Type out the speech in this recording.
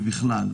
ובכלל.